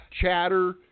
chatter